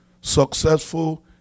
successful